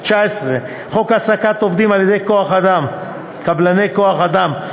19. חוק העסקת עובדים על-ידי קבלני כוח-אדם,